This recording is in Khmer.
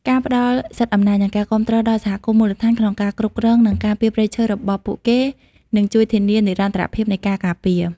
ការផ្តល់សិទ្ធិអំណាច និងការគាំទ្រដល់សហគមន៍មូលដ្ឋានក្នុងការគ្រប់គ្រង និងការពារព្រៃឈើរបស់ពួកគេនឹងជួយធានានិរន្តរភាពនៃការការពារ។